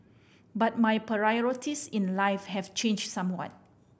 but my priorities in life have changed somewhat